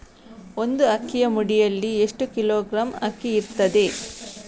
ಒಂದು ಅಕ್ಕಿಯ ಮುಡಿಯಲ್ಲಿ ಎಷ್ಟು ಕಿಲೋಗ್ರಾಂ ಅಕ್ಕಿ ಇರ್ತದೆ?